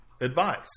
advice